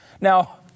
Now